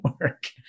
work